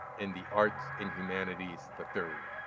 and the arts and humanities the third.